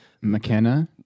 McKenna